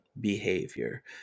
behavior